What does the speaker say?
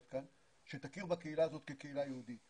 שתכיר בקהילה הזאת כקהילה יהודית.